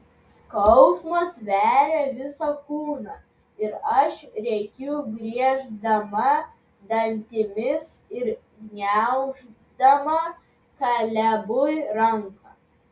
skausmas veria visą kūną ir aš rėkiu grieždama dantimis ir gniauždama kalebui ranką